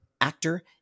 actor